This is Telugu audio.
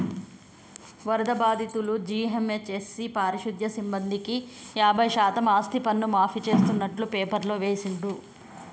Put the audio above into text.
వరద బాధితులు, జీహెచ్ఎంసీ పారిశుధ్య సిబ్బందికి యాభై శాతం ఆస్తిపన్ను మాఫీ చేస్తున్నట్టు పేపర్లో వేసిండ్రు